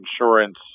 insurance